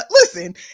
listen